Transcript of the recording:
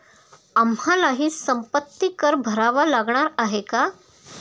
आम्हालाही संपत्ती कर भरावा लागणार आहे का?